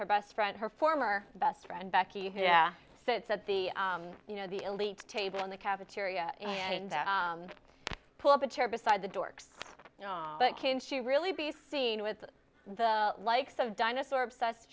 her best friend her former best friend becky yeah sits at the you know the elite table in the cafeteria and pull up a chair beside the dorks you know but can she really be seen with the likes of dinosaur obsessed